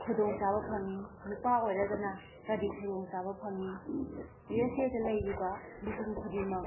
ꯈꯨꯗꯣꯡ ꯆꯥꯕ ꯐꯪꯉꯤ ꯅꯨꯄꯥ ꯑꯣꯏꯔꯒꯅ ꯀꯔꯤ ꯈꯨꯗꯣꯡ ꯆꯥꯕ ꯐꯪꯉꯤ ꯌꯨ ꯑꯦꯁ ꯑꯦꯗ ꯂꯩꯔꯤꯕ ꯃꯤꯄꯨꯝ ꯈꯨꯗꯤꯡꯃꯛ